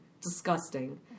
Disgusting